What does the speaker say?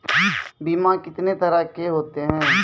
बीमा कितने तरह के होते हैं?